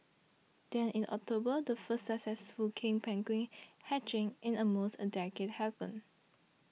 then in October the first successful king penguin hatching in almost a decade happened